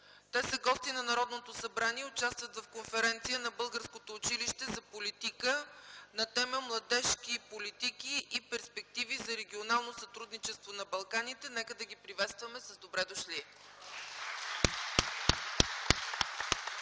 Те са гости на Народното събрание и участват в Конференция на българското училище за политика на тема „Младежки политики и перспективи за регионално сътрудничество на Балканите”. Нека да ги приветстваме с „Добре дошли!”.